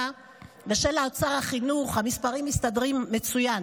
ושל שר החינוך המספרים מסתדרים מצוין,